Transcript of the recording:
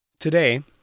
Today